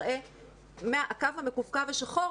הקו המקווקו השחור,